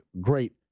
Great